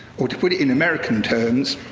or to put it in american terms,